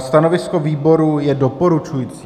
Stanovisko výboru je doporučující.